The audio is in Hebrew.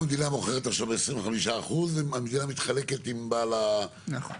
אם המדינה מוכרת עכשיו ב-25% מתחלקת עם בעל הקרקע.